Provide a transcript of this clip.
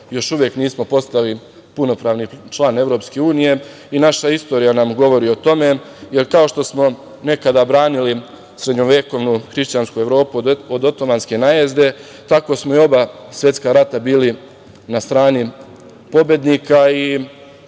još uvek nismo postali punopravni član EU, i naša istorija nam govori o tome, jer kao što smo nekada branili srednjovekovnu hrišćansku Evropu, do otomanske najezde, tako smo i u oba svetska rata bili na strani bili pobednika i